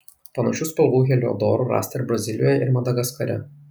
panašių spalvų heliodorų rasta ir brazilijoje ir madagaskare